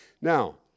Now